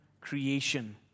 creation